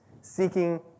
seeking